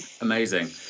Amazing